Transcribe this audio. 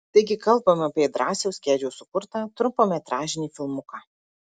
taigi kalbame apie drąsiaus kedžio sukurtą trumpametražį filmuką